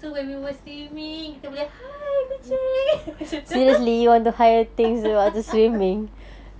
so when we were swimming kita boleh hi kucing macam tu